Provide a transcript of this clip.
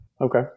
Okay